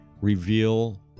reveal